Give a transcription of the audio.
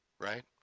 Right